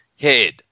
head